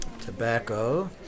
Tobacco